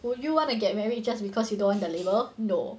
would you want to get married just because you don't want the label no